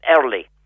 Early